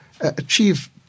achieve